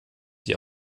die